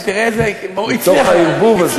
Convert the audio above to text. תראה, תראה איזה, מתוך הערבוב הזה.